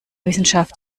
wissenschaft